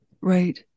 Right